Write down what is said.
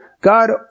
God